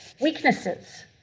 weaknesses